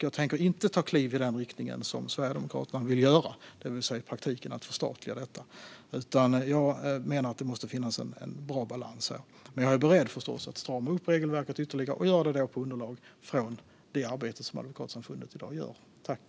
Jag tänker inte ta kliv i den riktningen som Sverigedemokraterna vill, det vill säga i praktiken förstatliga advokatkåren. Jag menar att det måste finnas en bra balans, men jag är förstås beredd att strama upp regelverket med underlag av Advokatsamfundets nu pågående arbete.